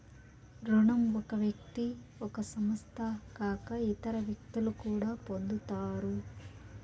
రుణం ఒక వ్యక్తి ఒక సంస్థ కాక ఇతర వ్యక్తులు కూడా పొందుతారు